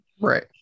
Right